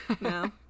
No